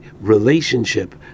relationship